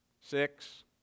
six